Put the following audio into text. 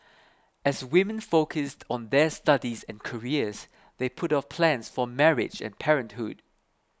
as women focused on their studies and careers they put off plans for marriage and parenthood